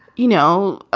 you know,